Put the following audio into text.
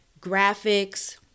graphics